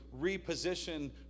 reposition